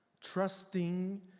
trusting